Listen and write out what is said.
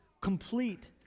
Complete